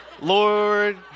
Lord